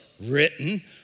written